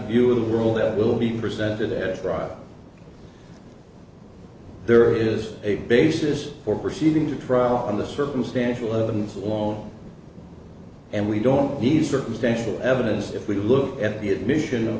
of the world that will be presented at trial there is a basis for proceeding to trial on the circumstantial evidence alone and we don't need circumstantial evidence if we look at the admission